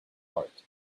heart